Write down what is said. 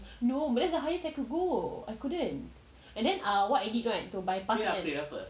no but that's the highest I could go I couldn't and then what I need kan